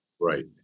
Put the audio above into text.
Right